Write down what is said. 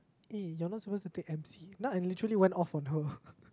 eh you are not supposed to take M_C now I literally went off on her